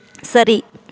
சரி